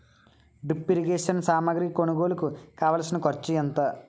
drip irrigation సామాగ్రి కొనుగోలుకు కావాల్సిన ఖర్చు ఎంత